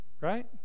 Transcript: right